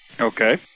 Okay